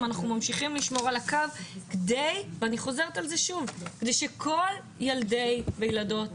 ממשיכים לשמור על הקו כדי ואני חוזרת על זה שוב שכל ילדי וילדות